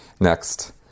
next